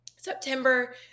September